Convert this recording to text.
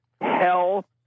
hell